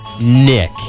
Nick